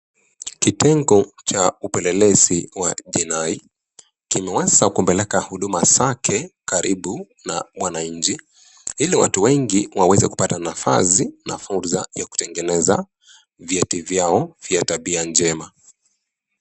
Kitengo cha upelelezi wa jinai kimeweza kupeleka huduma zake karibu na mwananchi ili watu wengi waweze kupata nafasi na fursa ya kutegeneza vyeti vyao vya tabia njema.